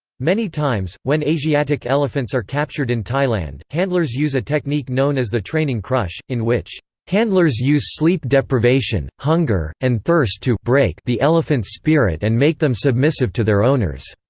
many times, when asiatic elephants are captured in thailand, handlers use a technique known as the training crush, in which handlers use sleep-deprivation, hunger, and thirst to break the elephants' spirit and make them submissive to their owners